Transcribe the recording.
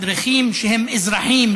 מדריכים שהם אזרחים,